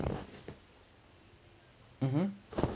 mmhmm